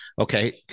okay